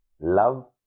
love